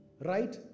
right